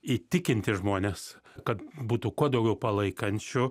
įtikinti žmones kad būtų kuo daugiau palaikančių